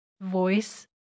voice